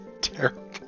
terrible